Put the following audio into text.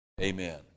Amen